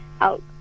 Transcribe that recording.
out